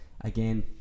again